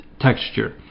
texture